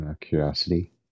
Curiosity